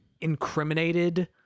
incriminated